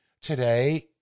today